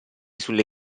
sulle